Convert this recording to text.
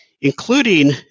including